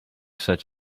such